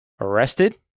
arrested